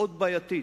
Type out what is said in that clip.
מאוד בעייתית,